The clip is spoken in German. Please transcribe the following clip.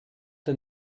der